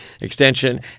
extension